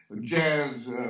jazz